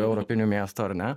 europiniu miestu ar ne